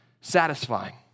satisfying